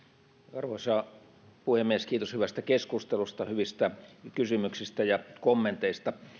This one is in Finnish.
arvoisa puhemies kiitos hyvästä keskustelusta hyvistä kysymyksistä ja kommenteista